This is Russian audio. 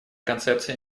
концепция